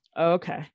okay